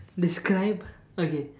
describe okay